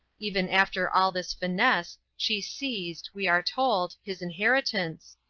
even after all this finesse, she seized, we are told, his inheritance,